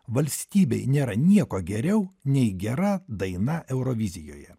valstybei nėra nieko geriau nei gera daina eurovizijoje